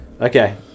okay